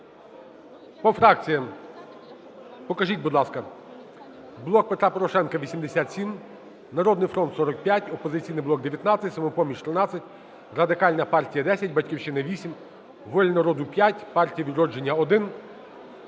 По фракціям покажіть, будь ласка.